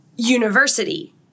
University